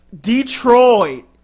Detroit